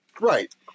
Right